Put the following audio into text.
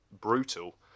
brutal